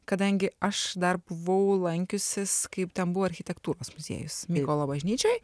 kadangi aš dar buvau lankiusis kaip ten buvo architektūros muziejus mykolo bažnyčioj